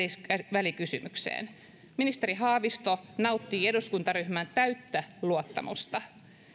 välikysymykseen ministeri haavisto nauttii eduskuntaryhmän täyttä luottamusta